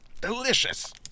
Delicious